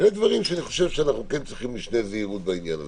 יש דברים שאני חושב שאנחנו כן צריכים משנה זהירות בעניין הזה.